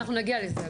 אנחנו נגיע לזה.